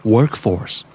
Workforce